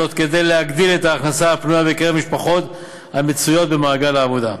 כדי להגדיל את ההכנסה הפנויה בקרב משפחות המצויות במעגל העבודה.